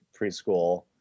preschool